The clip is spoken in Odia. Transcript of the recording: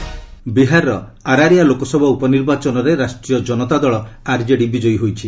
ଭୋଟ୍ କାଉଣ୍ଟିଂ ବିହାରର ଆରାରିଆ ଲୋକସଭା ଉପନିର୍ବାଚନରେ ରାଷ୍ଟ୍ରୀୟ ଜନତା ଦଳ ବିଜୟୀ ହୋଇଛି